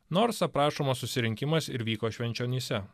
nors aprašomas susirinkimas ir vyko švenčionyse